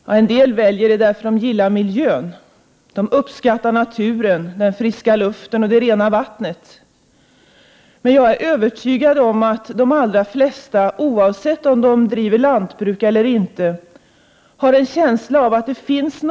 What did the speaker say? Ja, en del väljer det därför att de tycker om miljön. De uppskattar naturen, den friska luften och det rena vattnet. Jag är övertygad om att de allra flesta, oavsett om de driver lantbruk eller inte, har en känsla av att det finns någoti = Prot.